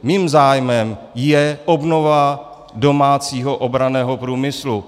Mým zájmem je obnova domácího obranného průmyslu.